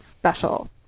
special